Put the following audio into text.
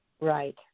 Right